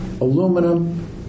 aluminum